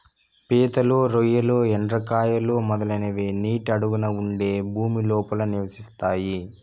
పీతలు, రొయ్యలు, ఎండ్రకాయలు, మొదలైనవి నీటి అడుగున ఉండే భూమి లోపల నివసిస్తాయి